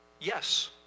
yes